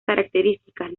características